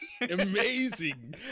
Amazing